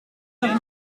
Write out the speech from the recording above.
noch